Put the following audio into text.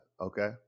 okay